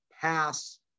pass